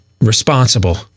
responsible